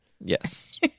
Yes